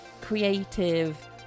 creative